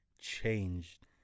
changed